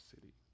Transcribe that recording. city